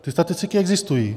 Ty statistiky existují.